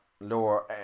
lower